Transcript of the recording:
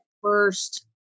first